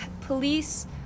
Police